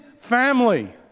family